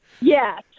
Yes